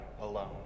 alone